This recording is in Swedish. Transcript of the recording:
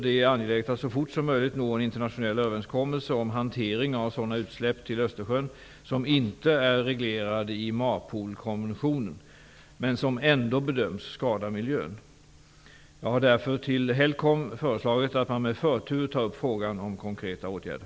Det är angeläget att så fort som möjligt nå en internationell överenskommelse om hanteringen av sådana utsläpp till Östersjön som inte är reglerade i MARPOL-konventionen, men som ändå bedöms skada miljön. Jag har därför till HELCOM föreslagit att man med förtur tar upp frågan om konkreta åtgärder.